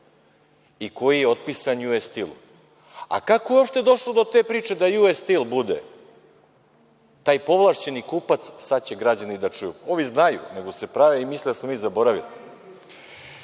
i koji je otpisan U.S. Steel-u. A kako je uopšte došlo do te priče da U.S. Steel bude taj povlašćeni kupac, sad će građani da čuju, ovi znaju, nego se prave i misle da smo mi zaboravili.„Sartid“